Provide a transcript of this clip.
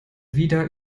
wieder